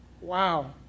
Wow